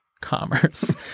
commerce